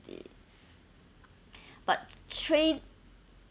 dy~ but trade